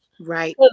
Right